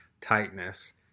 tightness